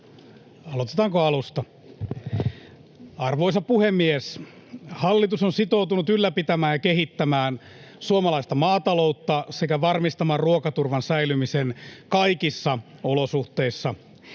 Aloitetaanko alusta? Arvoisa puhemies! Hallitus on sitoutunut ylläpitämään ja kehittämään suomalaista maataloutta sekä varmistamaan ruokaturvan säilymisen kaikissa olosuhteissa.